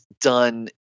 done